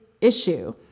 issue